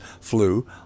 flu